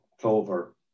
clover